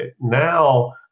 Now